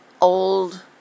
old